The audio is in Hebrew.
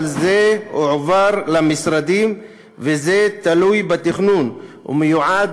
אבל זה הועבר למשרדים וזה תלוי בתכנון ומיועד